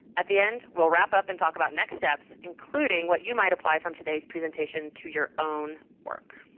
at the end, we'll wrap up and talk about next steps, including what you might apply from today's presentation to your own work.